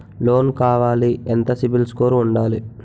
Loan కావాలి ఎంత CIBIL score ఉండాలి?